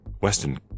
Weston